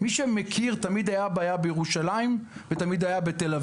מי שמכיר יודע שתמיד הייתה בעיה בירושלים ובתל אביב.